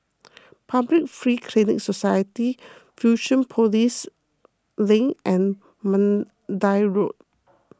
Public Free Clinic Society Fusionopolis Link and Mandai Road